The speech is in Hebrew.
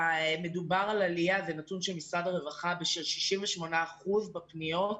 מדובר על עלייה זה נתון של משרד הרווחה של 68 אחוזים בפניות.